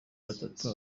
batatu